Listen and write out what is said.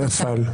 נפל.